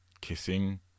kissing